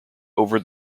over